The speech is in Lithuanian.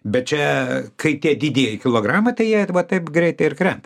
bet čia kai tie didieji kilogramai tai jie ir vat taip greitai ir krenta